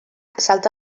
salta